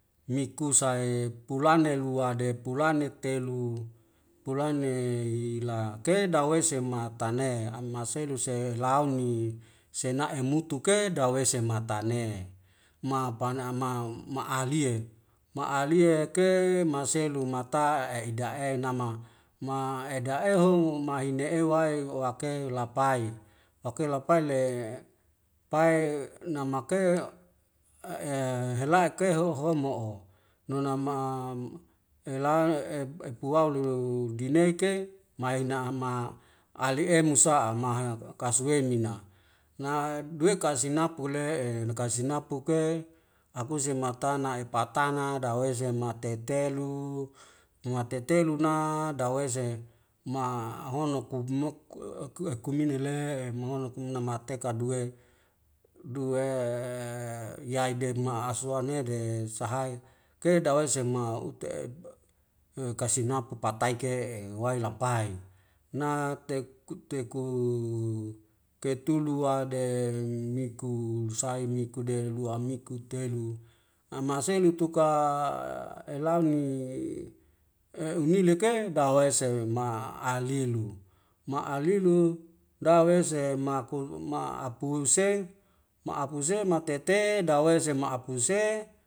Mikusai e pulane dua pulani telu pulaine ila ke dawese matane amaselu se launi sena'i mutuke dawese matane mau pana amaum ma'ahlie ma'alie ke maselu mata e'ida'e nama ma eda'ehum mahina e wae wake lapai wake lapai le pai namake a e helaik ke hohomo'o nona mam elaun e upawau lenu dineke maina ama aliemu sa'a maha kasuwemina nga duwe kasinapu le e'nakasinapuk ke akuse matana'e patana da'awesi matetelu matetelu na dawese ma hono kubmug kuweh kuweh kuminu le'e mohono kumna mata e kaduwe duwe yayide ma aswannea de sahai ke dawei seng mau ute'etba e kasi na pupatae ke'e wailapai na tek ku teku ketulua de miku sai miku dere lua amiko teliu amaselu tuka a elauni e unilek ke dahwaise ma alilu ma alilu dawese ma kul ma apuse ma apuse matete daweise ma apuse